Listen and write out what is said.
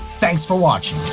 thanks for watching.